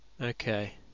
okay